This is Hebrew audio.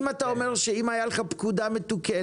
אם אתה אומר שאם היה לך פקודה מתוקנת,